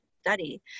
study